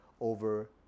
over